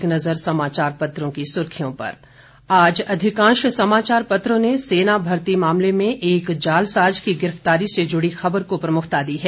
एक नजर समाचार पत्रों की सुर्खियां पर आज अधिकांश समाचार पत्रों ने सेना भर्ती मामले में एक जालसाज की गिरफ्तारी से जुड़ी खबर को प्रमुखता दी है